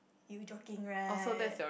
you joking right